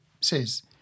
says